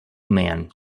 man